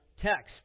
text